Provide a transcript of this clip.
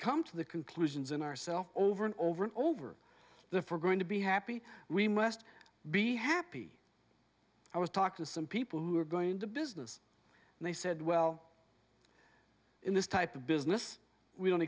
come to the conclusions in ourselves over and over and over the for going to be happy we must be happy i was talking to some people who are going into business and they said well in this type of business we don't